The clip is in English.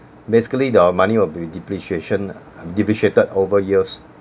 basically the money will be depreciation ah depreciated over years